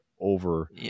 over